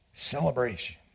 Celebration